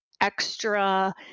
extra